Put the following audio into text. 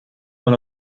dans